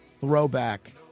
throwback